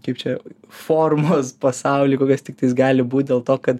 kaip čia formos pasauly kokios tiktais gali būt dėl to kad